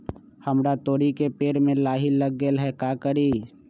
हमरा तोरी के पेड़ में लाही लग गेल है का करी?